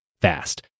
fast